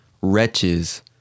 Wretches